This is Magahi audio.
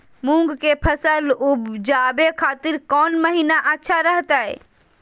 मूंग के फसल उवजावे खातिर कौन महीना अच्छा रहतय?